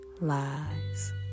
lies